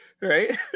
Right